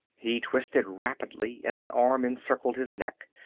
he twisted rapidly as an arm encircled his neck,